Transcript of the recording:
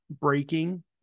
breaking